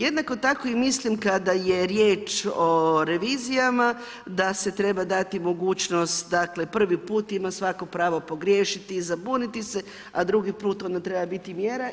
Jednako tako i mislim kada je riječ o revizijama da se treba dati mogućnost, dakle prvi put ima svatko pravo pogriješiti i zabuniti se a drugi put onda treba biti i mjera.